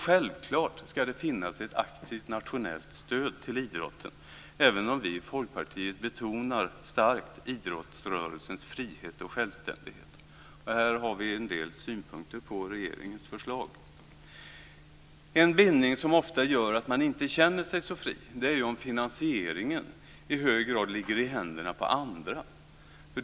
Självklart ska det därför finnas ett aktivt nationellt stöd till idrotten, även om vi i Folkpartiet starkt betonar idrottsrörelsens frihet och självständighet. Här har vi en del synpunkter på regeringens förslag. En bindning som ofta gör att man inte känner sig så fri är om finansieringen i hög grad ligger i händerna på andra.